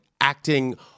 acting